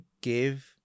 give